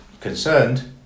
concerned